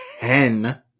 ten